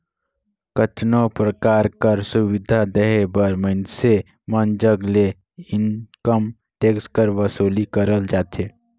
केतनो परकार कर सुबिधा देहे बर मइनसे मन जग ले इनकम टेक्स कर बसूली करल जाथे